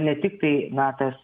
ne tiktai na tas